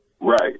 Right